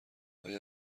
آیا